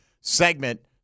segment